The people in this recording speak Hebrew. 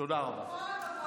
תודה.